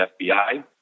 FBI